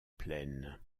plaine